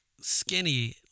skinny